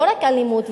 לא רק אלימות,